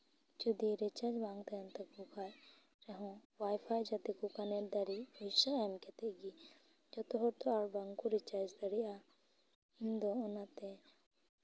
ᱡᱩᱫᱤ ᱨᱤᱪᱟᱨᱡᱽ ᱵᱟᱝ ᱛᱟᱦᱮᱱ ᱛᱟᱠᱚ ᱠᱷᱟᱡ ᱨᱮᱦᱚᱸ ᱚᱣᱟᱭᱯᱷᱟᱭ ᱡᱟᱛᱮ ᱠᱚ ᱠᱟᱱᱮᱠᱴ ᱫᱟᱲᱮᱜ ᱯᱩᱭᱥᱟᱹ ᱮᱢ ᱠᱟᱛᱮ ᱜᱤ ᱡᱚᱛᱚ ᱦᱚᱲ ᱛᱚ ᱟᱨ ᱵᱟᱝᱠᱚ ᱨᱤᱪᱟᱨᱡᱽ ᱫᱟᱲᱮᱭᱟᱜᱼᱟ ᱩᱱᱫᱚ ᱚᱱᱟᱛᱮ